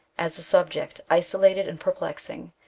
as a subject isolated and perplexing,